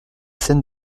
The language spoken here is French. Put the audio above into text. scène